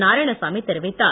நாராயணசாமி தெரிவித்தார்